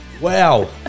Wow